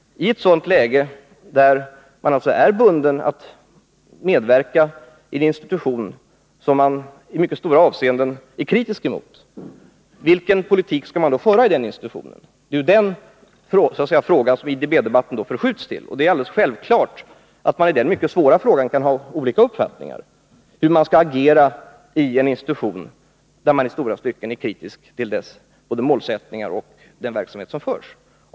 I ett läge där man är bunden att medverka i en institution som man i mycket stora avseenden är kritisk mot, vilken politik skall man då föra i den institutionen? Det är den frågan som IDB-debatten förskjuts till. Det är alldeles självklart att man i den mycket svåra frågan om hur man skall agera i en institution där man i stora stycken är kritisk både till målsättningarna och till den verksamhet som förs kan ha olika uppfattningar.